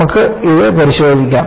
നമുക്ക് ഇത് പരിശോധിക്കാം